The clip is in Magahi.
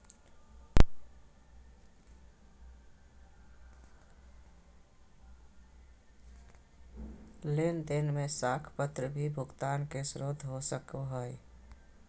लेन देन में साख पत्र भी भुगतान के स्रोत हो सको हइ